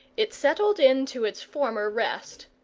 it settled into its former rest.